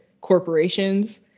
corporations